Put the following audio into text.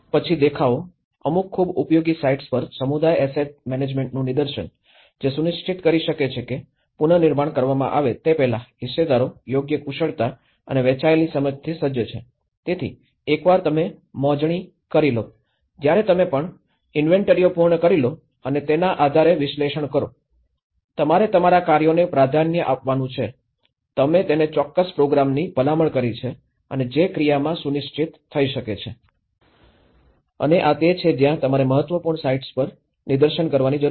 પછી દેખાવો અમુક ખુબ ઉપયોગી સાઇટ્સ પર સમુદાય એસેટ મેનેજમેન્ટનું નિદર્શન જે સુનિશ્ચિત કરી શકે છે કે પુનર્નિર્માણ કરવામાં આવે તે પહેલાં હિસ્સેદારો યોગ્ય કુશળતા અને વહેંચેલી સમજથી સજ્જ છે તેથી એકવાર તમે મોજણી કરી લો જ્યારે તમે પણ ઇન્વેન્ટરીઓ પૂર્ણ કરી લો અને તેના આધારે વિશ્લેષણ કરો તમારે તમારા કાર્યોને પ્રાધાન્ય આપવા નું છે તમે તેને ચોક્કસ પ્રોગ્રામની ભલામણ કરી છે અને જે ક્રિયામાં સુનિશ્ચિત થઈ શકે છે અને આ તે છે જ્યાં તમારે મહત્વપૂર્ણ સાઇટ્સ પર નિદર્શન કરવાની જરૂર છે